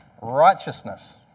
righteousness